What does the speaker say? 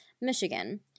Michigan